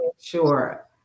sure